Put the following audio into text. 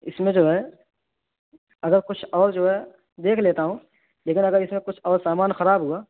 اس میں جو ہے اگر کچھ اور جو ہے دیکھ لیتا ہوں لیکن اگر اس میں کچھ اور سامان خراب ہوا